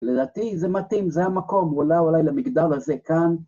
לדעתי זה מתאים, זה המקום, אולי למגדל הזה כאן.